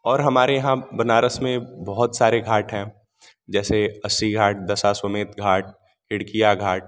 और हमारे यहाँ बनारस में बहुत सारे घाट हैं जैसे अस्सी घाट दशाश्वमेध घाट घाट